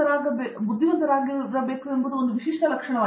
ಅರಂದಾಮ ಸಿಂಗ್ ಅವರು ಬುದ್ಧಿವಂತರಾಗಿರಬೇಕು ಎಂಬುದು ಒಂದು ವಿಶಿಷ್ಟ ಲಕ್ಷಣವಾಗಿದೆ